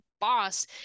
boss